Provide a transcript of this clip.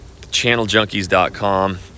channeljunkies.com